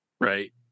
right